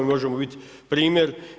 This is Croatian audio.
Možemo bit primjer.